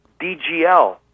DGL